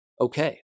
Okay